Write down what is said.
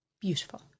Beautiful